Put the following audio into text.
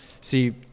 see